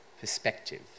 perspective